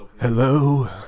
Hello